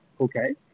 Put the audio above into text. Okay